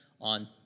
on